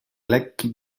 lekki